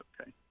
okay